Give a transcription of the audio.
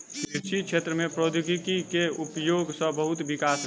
कृषि क्षेत्र में प्रौद्योगिकी के उपयोग सॅ बहुत विकास भेल